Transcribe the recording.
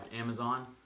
Amazon